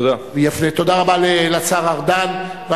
תודה רבה לשר ארדן.